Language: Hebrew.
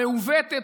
מעוותת,